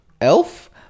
Elf